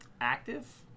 active